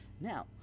now